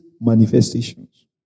manifestations